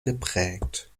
geprägt